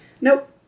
Nope